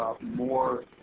More